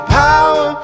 power